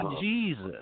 Jesus